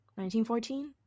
1914